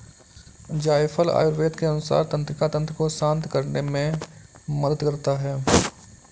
जायफल आयुर्वेद के अनुसार तंत्रिका तंत्र को शांत करने में मदद करता है